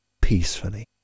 peacefully